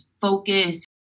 focus